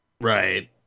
Right